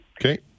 Okay